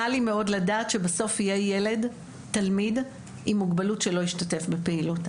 רע לי מאוד לדעת שבסוף יהיה ילד תלמיד עם מוגבלות שלא ישתתף בפעילות.